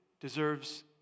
deserves